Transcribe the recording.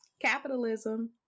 capitalism